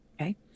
okay